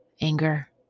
anger